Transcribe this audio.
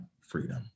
freedom